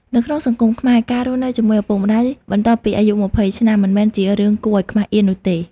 នៅក្នុងសង្គមខ្មែរ ការរស់នៅជាមួយឪពុកម្តាយ បន្ទាប់ពីអាយុ ២០ ឆ្នាំ មិនមែនជារឿងគួរឲ្យខ្មាស់អៀននោះទេ។